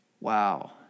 Wow